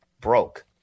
broke